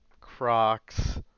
Crocs